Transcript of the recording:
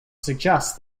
suggest